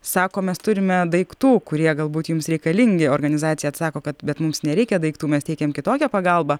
sako mes turime daiktų kurie galbūt jums reikalingi organizacija atsako kad bet mums nereikia daiktų mes teikiam kitokią pagalbą